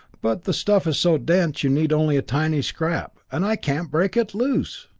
but the stuff is so dense you'd need only a tiny scrap and i can't break it loose!